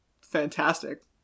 fantastic